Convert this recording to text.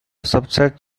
subset